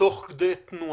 תוך כדי תנועה.